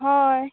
हय